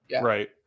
Right